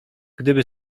gdyby